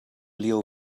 lio